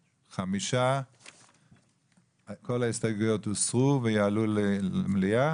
5. הצבעה לא אושר כל ההסתייגויות הוסר ויועלו למליאה.